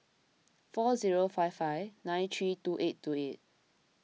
four zero five five nine three two eight two eight